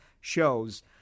shows